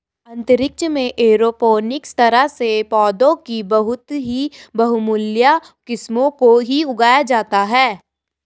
अंतरिक्ष में एरोपोनिक्स तरह से पौधों की बहुत ही बहुमूल्य किस्मों को ही उगाया जाता है